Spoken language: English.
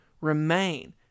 remain